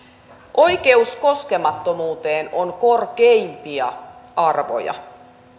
oikeus koskemattomuuteen on korkeimpia arvoja